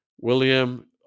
William